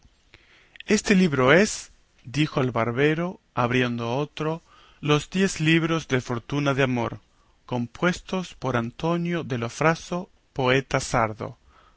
este libro es dijo el barbero abriendo otro los diez libros de fortuna de amor compuestos por antonio de lofraso poeta sardo